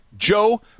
Joe